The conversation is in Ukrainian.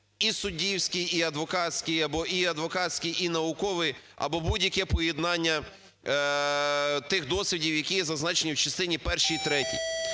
і адвокатський, або і адвокатський, і науковий, або будь-яке поєднання тих досвідів, які є зазначені в частині першій і третій,